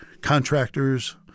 contractors